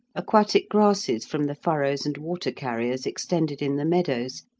aquatic grasses from the furrows and water-carriers extended in the meadows,